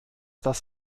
das